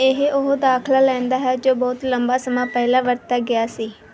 ਇਹ ਉਹ ਦਾਖਲਾ ਲੈਂਦਾ ਹੈ ਜੋ ਬਹੁਤ ਲੰਬਾ ਸਮਾਂ ਪਹਿਲਾਂ ਵਰਤਿਆ ਗਿਆ ਸੀ